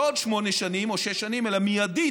לא עוד שמונה שנים או שש שנים, אלא מידית,